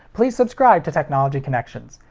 please subscribe to technology connections!